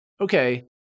Okay